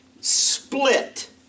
split